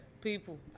People